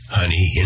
honey